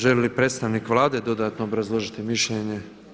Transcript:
Želi li predstavnik Vlade dodatno obrazložiti mišljenje?